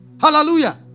hallelujah